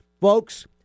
folks